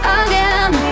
again